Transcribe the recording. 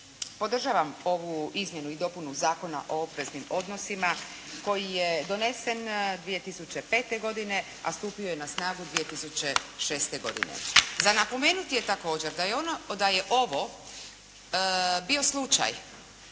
Podržavam ovu Izmjenu i dopunu Zakona o obveznim odnosima koji je donesen 2005. godine a stupio je na snagu 2006. godine. Za napomenuti je također da je ovo bio slučaj